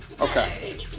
Okay